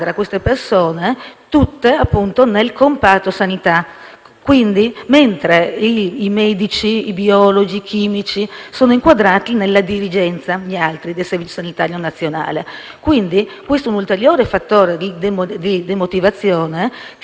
sanità, mentre i medici, i biologi e i chimici sono inquadrati nella dirigenza del Servizio sanitario nazionale. È questo un ulteriore fattore di demotivazione, che renderebbe poco attrattivo questo lavoro, altrimenti preziosissimo